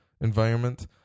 environment